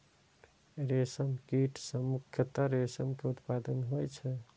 रेशम कीट सं मुख्यतः रेशम के उत्पादन होइ छै